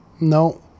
No